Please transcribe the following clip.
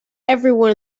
everyone